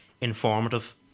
informative